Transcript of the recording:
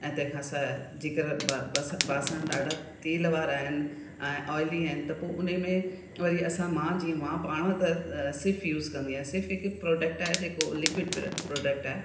ऐं तंहिंखां सवाइ जेकर बासण बासण ॾाढा तेल वारा आहिनि ऐं ऑइली आहिनि त पो उन में वरी असां मां जीअं मां पाण त सिर्फ़ यूस कंदी आहे सिर्फ़ु हिकु प्रोडक्ट आहे जेको लिक्विड प्रोडक्ट आहे